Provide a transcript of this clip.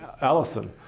Allison